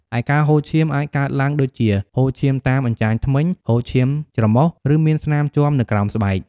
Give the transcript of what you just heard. ឯការហូរឈាម អាចកើតឡើងដូចជា ហូរឈាមតាមអញ្ចាញធ្មេញ ហូរឈាមច្រមុះ ឬមានស្នាមជាំនៅក្រោមស្បែក។